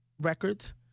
records